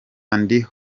and